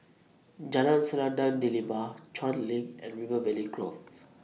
Jalan Selendang Delima Chuan LINK and River Valley Grove